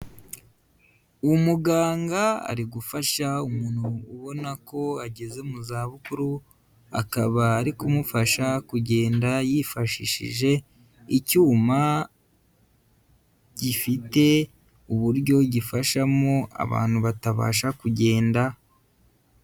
Umuganga ari gufasha umuntu ubona ko ageze mu zabukuru akaba ari kumufasha kugenda yifashishije icyuma gifite uburyo gifashamo abantu batabasha kugenda.